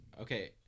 Okay